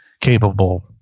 capable